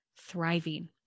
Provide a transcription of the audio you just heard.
thriving